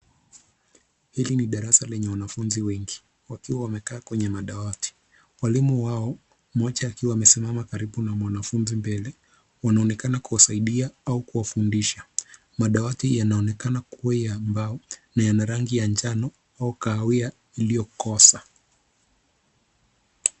Hili ni darasa lenye wanafunzi wengi, walimu wao mmoja akiwa amesimama karibu na mwanafunzi mbele wanaonekana kuwasaidia au kuwafundisha. Madawati yanaonekana kuwa ya mbao na yana rangi ya njano au kahawia iliyokoza.